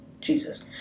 Jesus